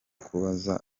kubaza